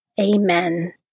Amen